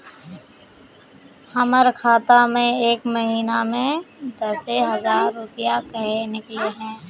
हमर खाता में एक महीना में दसे हजार रुपया काहे निकले है?